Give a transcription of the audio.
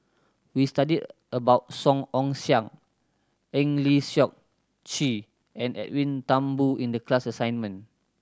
we studied about Song Ong Siang Eng Lee Seok Chee and Edwin Thumboo in the class assignment